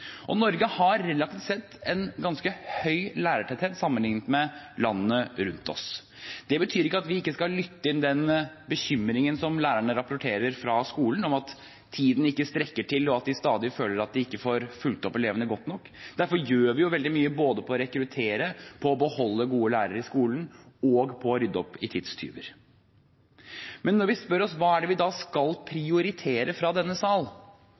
Norge har, relativt sett, en ganske høy lærertetthet sammenliknet med landene rundt oss. Det betyr ikke at vi ikke skal lytte til den bekymringen som lærerne rapporterer om fra skolen, om at tiden ikke strekker til, og at de stadig føler at de ikke får fulgt opp elevene godt nok. Derfor gjør vi veldig mye både når det gjelder å rekruttere nye lærere, å beholde gode lærere i skolen og å rydde opp i tidstyver. Men når vi spør oss selv om hva vi skal prioritere fra denne sal,